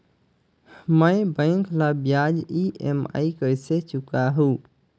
मैं बैंक ला ब्याज ई.एम.आई कइसे चुकाहू?